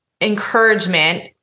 encouragement